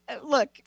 Look